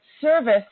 service